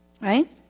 right